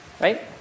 right